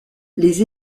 les